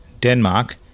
Denmark